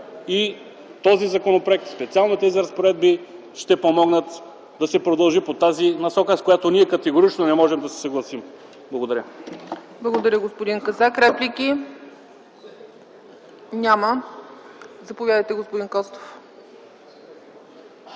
Този законопроект и специално тези разпоредби ще помогнат да се продължи в тази насока, с която ние категорично не можем да се съгласим. Благодаря ПРЕДСЕДАТЕЛ ЦЕЦКА ЦАЧЕВА: Благодаря, господин Казак. Реплики? Няма. Заповядайте, господин Костов.